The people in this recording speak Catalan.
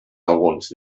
alguns